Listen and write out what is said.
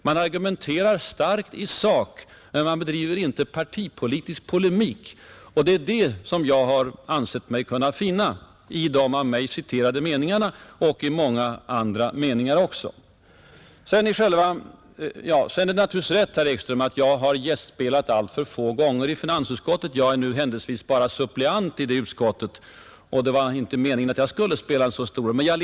Man argumenterar starkt i sak, men man bedriver inte partipolitisk polemik, det är det som jag har ansett mig finna i de av mig citerade meningarna och i många andra meningar också. Det är naturligtvis rätt, herr Ekström, att jag har gästspelat alltför få gånger i finansutskottet. Jag är nu händelsevis bara suppleant i utskottet, och det var inte meningen att jag skulle spela någon stor roll där.